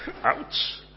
Ouch